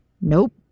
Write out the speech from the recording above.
Nope